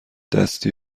دستی